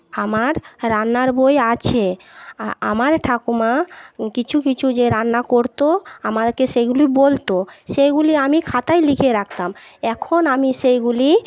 আমার রান্নার বই আছে আ আমার ঠাকুমা কিছু কিছু যে রান্না করতো আমাকে সেইগুলি বলতো সেইগুলি আমি খাতায় লিখে রাখতাম এখন আমি সেইগুলি